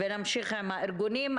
ונמשיך עם הארגונים.